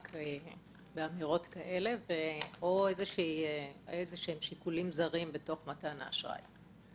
או איזה שהם שיקולים זרים בתוך מתן האשראי.